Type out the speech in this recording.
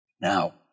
Now